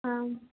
आम्